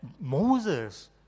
Moses